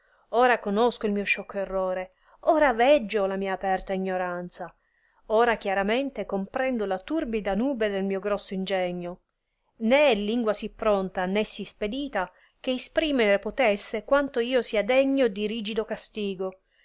ora conosco il mio sciocco errore ora veggio la mia aperta ignoranza ora chiaramente comprendo la turbida nubbe del mio grosso ingegno né è lingua sì pronta né sì spedita che isprimere potesse quanto io sia degno di rigido castigo